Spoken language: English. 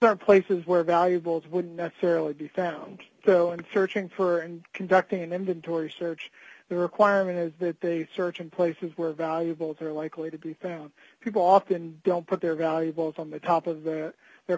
are places where valuables would necessarily be found so and searching for and conducting an inventory search the requirement is that they search in places where valuables are likely to be found people often don't put their valuables on the top of the their